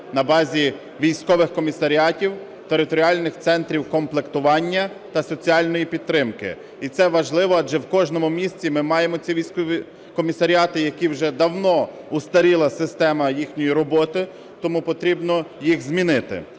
на базі військових комісаріатів територіальних центрів комплектування та соціальної підтримки. І це важливо адже в кожному місті ми маємо ці військові комісаріати, яких вже давно застаріла система їхньої роботи, тому потрібно їх змінити.